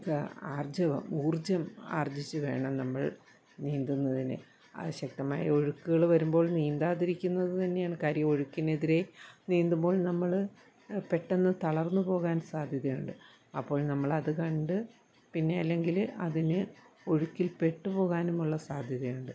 എന്താ ആർജ്ജവം ഊർജ്ജം ആർജ്ജിച്ചു വേണം നമ്മൾ നീന്തുന്നതിന് ശക്തമായ ഒഴുക്കുകൾ വരുമ്പോൾ നീന്താതിരിക്കുന്നതു തന്നെയാണ് കാര്യം ഒഴുക്കിനെതിരെ നീന്തുമ്പോൾ നമ്മൾ പെട്ടെന്നു തളർന്നു പോകാൻ സാദ്ധ്യതയുണ്ട് അപ്പോൾ നമ്മൾ അതു കണ്ട് പിന്നെ അല്ലെങ്കിൽ അതിന് ഒഴുക്കിൽ പെട്ടു പോകാനുമുള്ള സാദ്ധ്യതയുണ്ട്